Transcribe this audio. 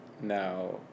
now